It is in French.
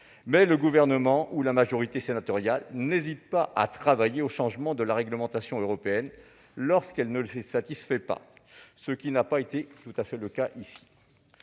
mais le Gouvernement ou la majorité sénatoriale n'hésitent pas à travailler au changement de la réglementation européenne lorsqu'elle ne les satisfait pas. Ce ne fut pas tout à fait le cas ici